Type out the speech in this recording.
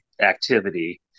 activity